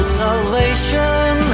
salvation